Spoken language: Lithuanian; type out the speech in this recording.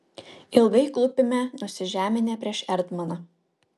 ilgai klūpime nusižeminę prieš erdmaną